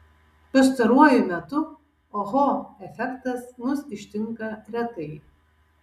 pastaruoju metu oho efektas mus ištinka retai